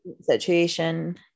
situation